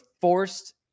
forced